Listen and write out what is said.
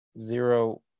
zero